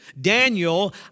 Daniel